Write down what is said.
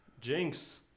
Jinx